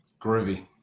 Groovy